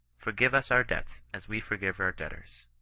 forgive us our debts, as we forgive our debt ors.